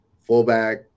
fullback